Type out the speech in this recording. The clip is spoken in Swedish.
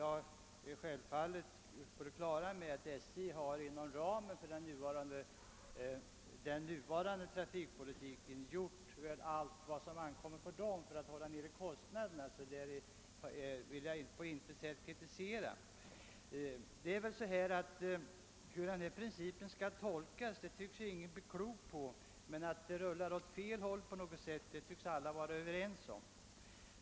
Jag är självfallet på det klara med att statens järnvägar inom ramen för den nuvarande trafikpolitiken har gjort allt som ankommer på dem för att hålla kostnaderna nere, så på den punkten vill jag på intet vis kritisera. Hur denna princip för trafikpolitiken skall tolkas tycks emellertid ingen bli klok på; att det rullar åt fel håll förefaller däremot alla att vara överens om.